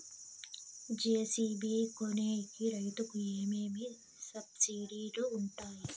JCB కొనేకి రైతుకు ఏమేమి సబ్సిడి లు వుంటాయి?